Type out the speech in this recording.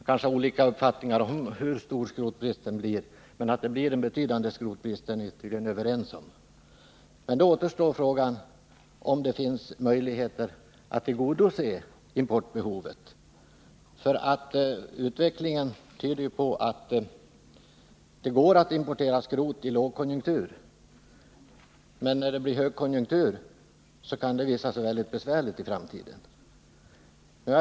Man kanske har olika uppfattningar om hur stor skrotbristen blir, men att den blir betydande är man tydligen överens om. Då återstår frågan om det finns möjligheter att tillgodose importbehovet. Utvecklingen tyder ju på att det går att importera skrot i lågkonjunktur men att det kan visa sig vara väldigt besvärligt i en framtida högkonjunktur.